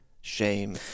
shame